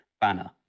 banner